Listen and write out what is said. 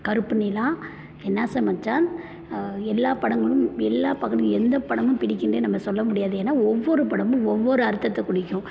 கருப்புநிலா என் ஆசை மச்சான் எல்லா படங்களும் எல்லா பகுதியும் எந்த படமும் பிடிக்குன்னே நம்ப சொல்ல முடியாது ஏன்னா ஒவ்வொரு படமும் ஒவ்வொரு அர்த்தத்தை குறிக்கும்